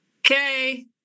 Okay